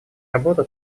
работа